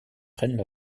prennent